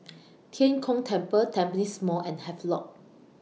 Tian Kong Temple Tampines Mall and Havelock